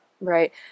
right